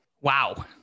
Wow